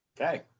Okay